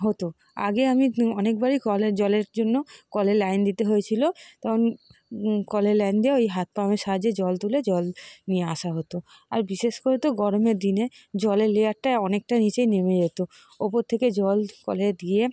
হতো আগে আমি অনেকবারই কলের জলের জন্য কলের লাইন দিতে হয়েছিল তো আমি কলের লাইন দিয়ে ওই হাত পাম্পের সাহায্যে জল তুলে জল নিয়ে আসা হতো আর বিশেষ করে তো গরমের দিনে জলের লেয়ারটা অনেকটা নিচে নেমে যেত ওপর থেকে জল কলে দিয়ে